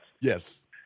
Yes